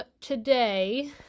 today